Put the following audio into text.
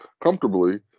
comfortably